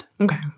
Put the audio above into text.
Okay